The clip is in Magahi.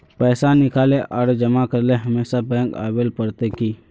पैसा निकाले आर जमा करेला हमेशा बैंक आबेल पड़ते की?